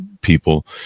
people